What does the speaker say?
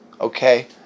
okay